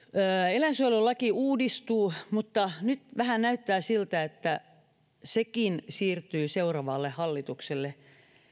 eläinsuojelulaki uudistuu mutta nyt vähän näyttää siltä että sekin siirtyy seuraavalle hallitukselle